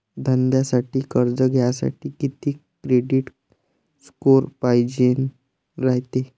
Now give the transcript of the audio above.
धंद्यासाठी कर्ज घ्यासाठी कितीक क्रेडिट स्कोर पायजेन रायते?